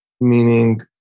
meaning